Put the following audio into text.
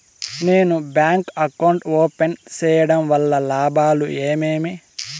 నేను bank account open సేయడం వల్ల లాభాలు ఏమేమి?